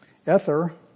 Ether